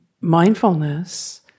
mindfulness